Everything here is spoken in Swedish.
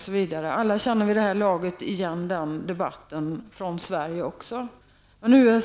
osv. Alla känner vid det här laget igen den debatten med utgångspunkt i vad som händer också här i Sverige.